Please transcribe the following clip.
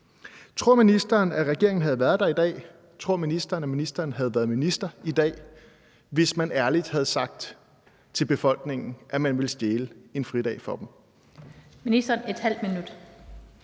tror ministeren, at ministeren havde været minister i dag, hvis man ærligt havde sagt til befolkningen, at man ville stjæle en fridag fra dem?